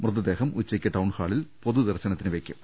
മൃതദേഹം ഉച്ചയ്ക്ക് ടൌൺഹാളിൽ പൊതു ദർശനത്തിന് വെയ്ക്കും